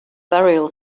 burial